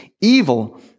evil